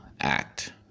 act